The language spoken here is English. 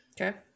okay